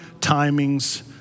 timing's